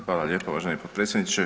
Hvala lijepo uvaženi potpredsjedniče.